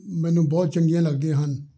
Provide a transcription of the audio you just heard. ਮੈਨੂੰ ਬਹੁਤ ਚੰਗੀਆਂ ਲੱਗਦੀਆਂ ਹਨ